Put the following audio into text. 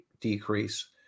decrease